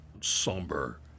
somber